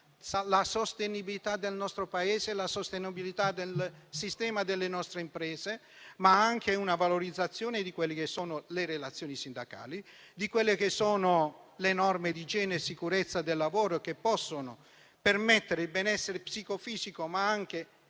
la sostenibilità del nostro Paese e del sistema delle nostre imprese, ma anche la valorizzazione delle relazioni sindacali e delle norme di igiene e sicurezza del lavoro che possono permettere il benessere psicofisico, ma anche